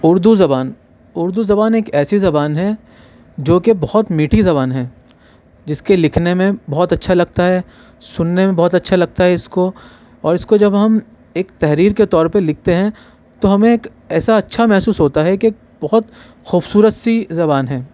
اردو زبان اردو زبان ایک ایسی زبان ہے جو کہ بہت میٹھی زبان ہے جس کے لکھنے میں بہت اچھا لگتا ہے سننے میں بہت اچھا لگتا ہے اس کو اور اس کو جب ہم ایک تحریر کے طور پہ لکھتے ہیں تو ہمیں ایک ایسا اچھا محسوس ہوتا ہے کہ بہت خوبصورت سی زبان ہے